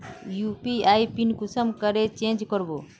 UPI PIN कुंसम करे change करबो?